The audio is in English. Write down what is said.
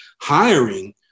hiring